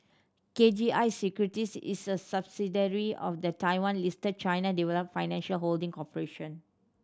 K G I Securities is a subsidiary of the Taiwan Listed China Development Financial Holding Corporation